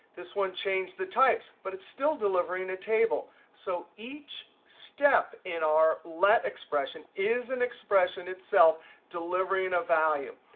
this one change the types, but it's still delivering a table. so each step in our let expression is an expression itself delivering a value.